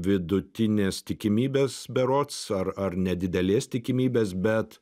vidutinės tikimybės berods ar ar nedidelės tikimybės bet